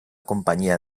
companyia